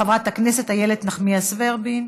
חברת הכנסת איילת נחמיאס ורבין.